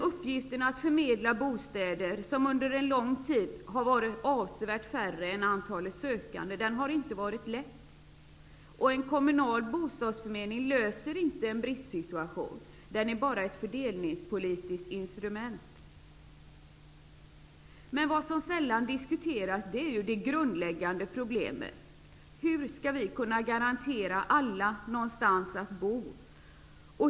Uppgiften att förmedla bostäder, vilka under lång tid har varit avsevärt färre än antalet sökande, har inte varit lätt. En kommunal bostadsförmedling löser inte en bristsituation, den är bara ett fördelningspolitiskt instrument. Men det grundläggande problemet diskuteras sällan. Hur skall vi kunna garantera alla någonstans att bo?